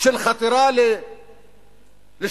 של חתירה לשלום.